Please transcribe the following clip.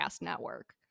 network